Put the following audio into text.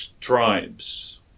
tribes